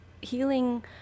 healing